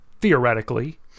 theoretically